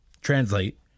translate